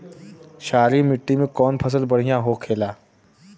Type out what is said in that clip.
क्षारीय मिट्टी में कौन फसल बढ़ियां हो खेला?